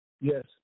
Yes